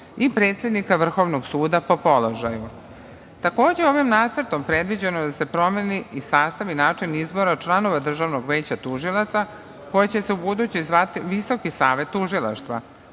i predsednika Vrhovnog suda, po položaju. Takođe, ovim nacrtom predviđeno je da se promeni i sastav i način izbora članova Državnog veća tužilaca koje će se ubuduće zvati Visoki savet tužilaštva.